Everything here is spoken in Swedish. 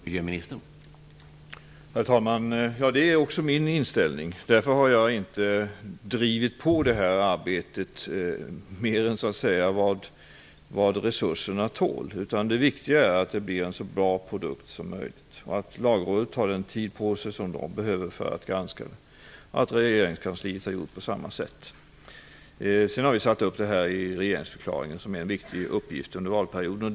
Herr talman! Det är också min inställning. Därför har jag inte drivit på det här arbetet mer än vad resurserna tål. Det viktiga är att det blir en så bra produkt som möjligt, att Lagrådet tar den tid på sig som de behöver för att granska det och att regeringskansliet har gjort på samma sätt. Sedan har vi satt upp detta i regeringsförklaringen som en viktig uppgift under valperioden.